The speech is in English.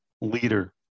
leader